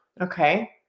Okay